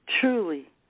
Truly